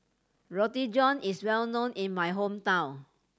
Roti John is well known in my hometown